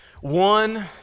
One